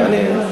אני יודע.